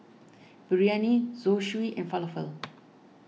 Biryani Zosui and Falafel